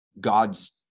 God's